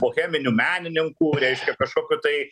boheminių menininkų reiškia kažkokių tai